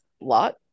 lot